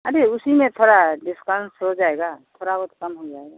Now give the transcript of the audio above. अरे उसी में तोड़ा डिस्काउंट हो जाएगा तोड़ा बहुत कम हो जाएगा